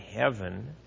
heaven